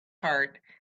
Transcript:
heart